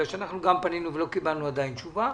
בגלל שאנחנו גם פנינו ולא קיבלנו עדיין תשובה.